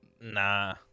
Nah